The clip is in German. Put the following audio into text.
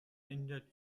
engagiert